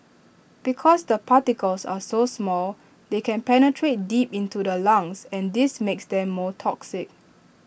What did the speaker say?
because the particles are so small they can penetrate deep into the lungs and this makes them more toxic